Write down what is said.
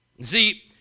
See